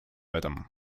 этом